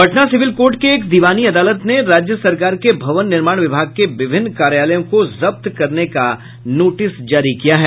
Patna civil court के एक दिवानी अदालत ने राज्य सरकार के भवन निर्माण विभाग के विभिन्न कार्यालयों को जब्त करने का नोटिस जारी किया है